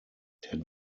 der